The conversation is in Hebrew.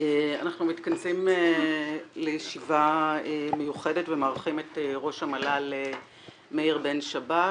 אנחנו מתכנסים הבוקר לישיבה מיוחדת ומארחים את ראש המל"ל מאיר בן שבת,